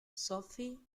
sophie